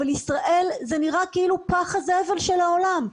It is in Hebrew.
אבל ישראל, זה נראה כאילו היא פח הזבל של העולם.